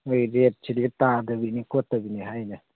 ꯅꯣꯏ ꯔꯦꯠꯁꯤꯗꯤ ꯇꯥꯗꯕꯤꯅꯤ ꯈꯣꯠꯇꯕꯤꯅꯤ ꯍꯥꯏꯅꯦ